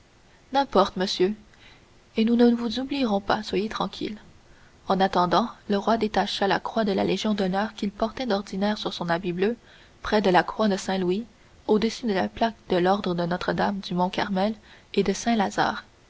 n'importe monsieur et nous ne vous oublierons pas soyez tranquille en attendant le roi détacha la croix de la légion d'honneur qu'il portait d'ordinaire sur son habit bleu près de la croix de saint-louis au-dessus de la plaque de l'ordre de notre-dame du mont carmel et de saint-lazare